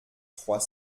trois